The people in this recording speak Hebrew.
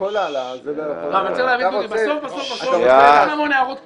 כל ההעלאה --- בסוף בסוף בסוף יש המון המון הערות קטנות,